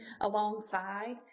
alongside